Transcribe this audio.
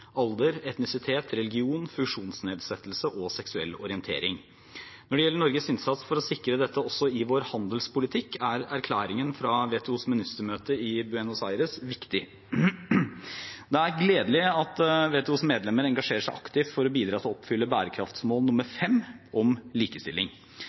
alder, etnisitet, religion, funksjonsnedsettelse og seksuell orientering. Når det gjelder Norges innsats for å sikre dette også i vår handelspolitikk, er erklæringen fra WTOs ministermøte i Buenos Aires viktig. Det er gledelig at WTOs medlemmer engasjerer seg aktivt for å bidra til å oppfylle bærekraftsmål